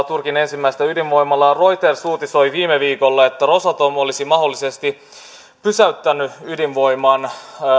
turkin ensimmäistä ydinvoimalaa reuters uutisoi viime viikolla että rosatom olisi mahdollisesti pysäyttänyt ydinvoiman